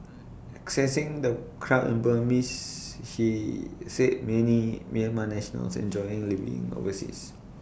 accessing the crowd in Burmese she said many Myanmar nationals enjoy living overseas